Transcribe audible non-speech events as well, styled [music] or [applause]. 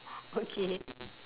[laughs] okay